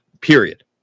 Period